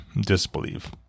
disbelieve